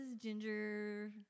Ginger